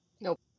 Nope